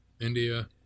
India